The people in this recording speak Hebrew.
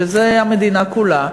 וזה המדינה כולה,